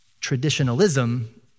Traditionalism